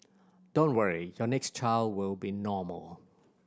don't worry your next child will be normal